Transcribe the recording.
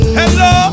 hello